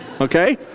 Okay